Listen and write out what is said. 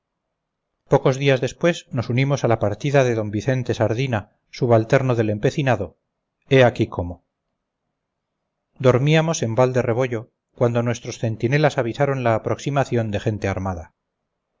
pocos días después nos unimos a la partida de d vicente sardina subalterno del empecinado he aquí cómo dormíamos en val de rebollo cuando nuestros centinelas avisaron la aproximación de gente armada